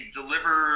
deliver